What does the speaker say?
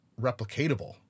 replicatable